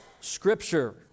Scripture